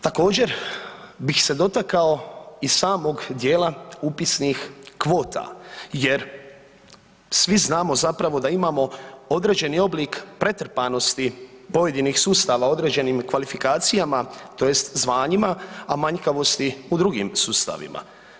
Također bih se dotakao i samog dijela upisnih kvota jer svi znamo zapravo da imamo određeni oblik pretrpanosti pojedinih sustava određenim kvalifikacijama, tj. zvanjima, a manjkavost u drugim sustavima.